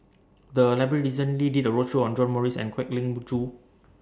The Library recently did A roadshow on John Morrice and Kwek Leng Joo